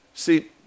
See